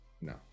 no